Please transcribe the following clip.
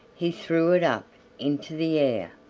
he threw it up into the air.